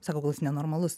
sako gal jis nenormalus